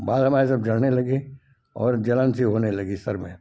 बाल हमारे सब झड़ने लगे और जलन सी होने लगी सिर में